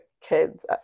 kids